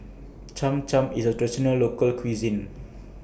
Cham Cham IS A Local Cuisine